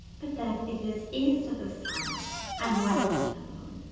but that it is east of the sun and west of the moon,